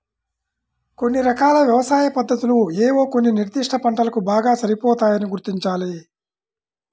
కొన్ని రకాల వ్యవసాయ పద్ధతులు ఏవో కొన్ని నిర్దిష్ట పంటలకు బాగా సరిపోతాయని గుర్తించాలి